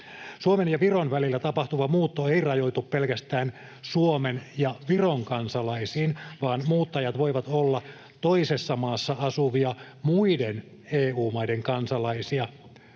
Suomen ja Viron välillä tapahtuva muutto ei rajoitu pelkästään Suomen ja Viron kansalaisiin, vaan muuttajat voivat olla toisessa maassa asuvia muiden EU-maiden kansalaisia,